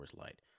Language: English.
Light